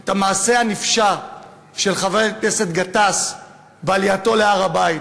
את המעשה הנפשע של חבר הכנסת גטאס בעלייתו להר-הבית.